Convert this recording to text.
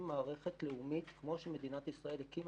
מערכת לאומית כמו שמדינת ישראל הקימה.